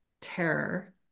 terror